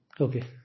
Okay